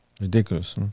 Ridiculous